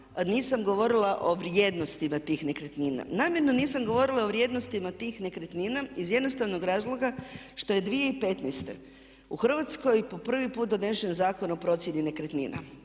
nisam govorila o vrijednostima tih nekretnina. Namjerno nisam govorila o vrijednostima tih nekretnina iz jednostavnog razloga što je 2015. u Hrvatskoj po prvi puta donesen Zakon o procjeni nekretnina.